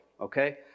Okay